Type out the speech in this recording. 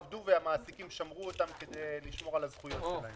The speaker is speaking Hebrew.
הם פשוט לא עבדו והמעסיקים שמרו אותם כדי לשמור על זכויות שלהם.